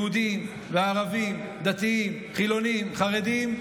יהודים וערבים, דתיים, חילונים, חרדים.